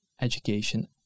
education